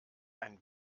ein